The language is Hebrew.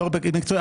בתור פקיד מקצועי,